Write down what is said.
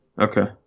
Okay